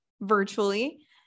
virtually